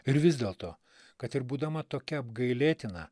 ir vis dėlto kad ir būdama tokia apgailėtina